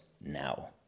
now